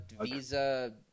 Visa